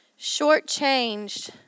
shortchanged